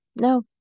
no